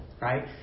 right